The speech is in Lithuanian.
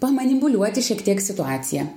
manipuliuoti šiek tiek situacija